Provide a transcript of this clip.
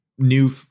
new